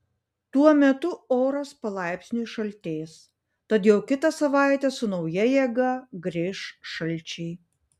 tuo metu oras palaipsniui šaltės tad jau kitą savaitę su nauja jėga grįš šalčiai